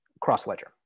cross-ledger